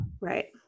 Right